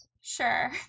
sure